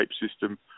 system